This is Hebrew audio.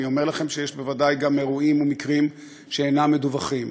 אני אומר לכם שיש בוודאי גם אירועים ומקרים שאינם מדווחים.